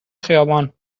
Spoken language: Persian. خیابان